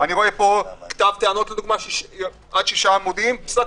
אני רואה פה כתב טענות עד שישה עמודים פסק